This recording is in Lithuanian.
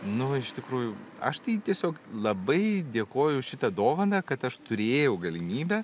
nu iš tikrųjų aš tai tiesiog labai dėkoju už šitą dovaną kad aš turėjau galimybę